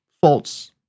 false